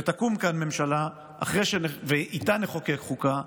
שתקום כאן ממשלה, ואיתה נחוקק חוקה,